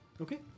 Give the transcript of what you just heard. Okay